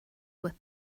were